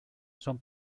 son